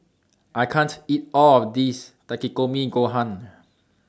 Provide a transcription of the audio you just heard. I can't eat All of This Takikomi Gohan